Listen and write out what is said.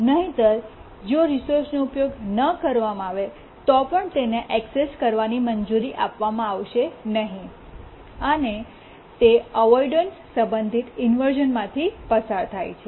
નહિંતર જો રિસોર્સનો ઉપયોગ ન કરવામાં આવે તો પણ તેને ઍક્સેસ ની મંજૂરી આપવામાં આવશે નહીં અને તે અવોઇડન્સ સંબંધિત ઇન્વર્શ઼ન માથી પસાર થાય છે